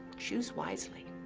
choose wisely.